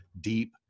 deep